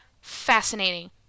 Fascinating